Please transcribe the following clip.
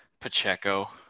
Pacheco